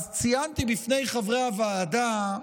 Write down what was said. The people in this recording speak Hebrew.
אז ציינתי בפני חברי הוועדה,